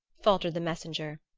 faltered the messenger,